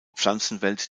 pflanzenwelt